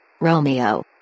Romeo